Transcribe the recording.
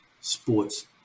sports